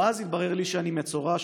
או-אז התברר לי שאני מצורע,